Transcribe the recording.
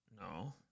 No